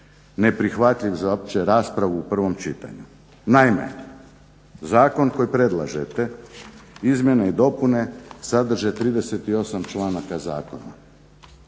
neprihvatljiv za opće raspravu u prvom čitanju. Naime, zakon koji predlažete izmjene i dopune sadrže 38 članaka zakona.